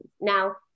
Now